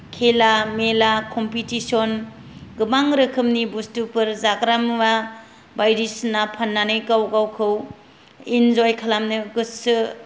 खेला मेला कम्पितिसन गोबां रोखोमनि बुस्तुफोर जाग्रा मुवा बायदिसिना फान्नानै गाव गावखौ इन्जय खालामनो गोसो